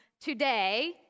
today